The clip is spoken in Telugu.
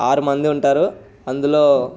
ఆరు మంది ఉంటారు అందులో